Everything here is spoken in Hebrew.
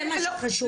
זה מה שחשוב.